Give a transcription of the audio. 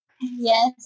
Yes